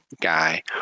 guy